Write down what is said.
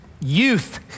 youth